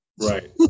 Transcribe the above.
Right